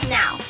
now